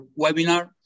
webinar